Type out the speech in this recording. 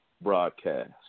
broadcast